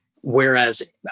Whereas